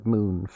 Moon